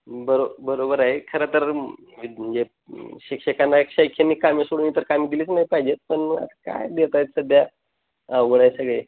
बरो बरोबर आहे खरंतर म्हणजे शिक्षकांना एक शैक्षणिक कामे सोडून इतर काम दिलीच नाही पाहिजेत पण आता काय देत आहेत सध्या अवघडच आहे सगळं